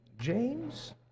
James